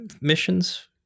missions